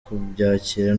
kubyakira